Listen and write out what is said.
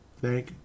Thank